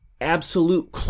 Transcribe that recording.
Absolute